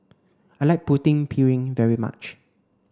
I like Putu Piring very much